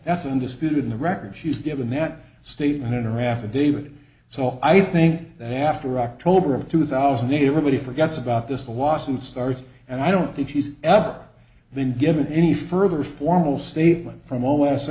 that's undisputed in the record she's given that statement in her affidavit so i think that after october of two thousand need everybody forgets about this a lawsuit starts and i don't think she's ever been given any further formal statement from o s